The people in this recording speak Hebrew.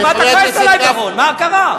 מה קרה?